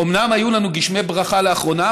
אומנם היו לנו גשמי ברכה לאחרונה,